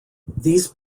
these